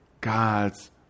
God's